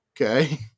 Okay